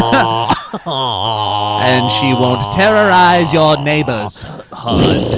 ah and she won't terrorize your neighbors hood.